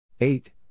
Eight